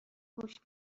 گوش